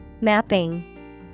Mapping